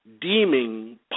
deeming